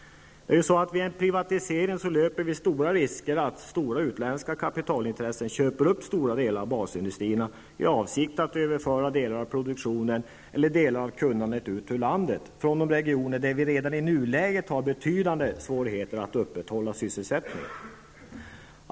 Vid en privatisering finns ju ansenliga risker för att stora utländska kapitalintressen köper upp omfattande delar av basindustrierna i avsikt att föra delar av produktionen eller delar av kunnandet ut ur landet från de regioner där vi redan i nuläget har betydande svårigheter att upprätthålla sysselsättningen.